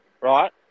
right